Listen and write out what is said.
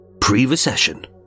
pre-recession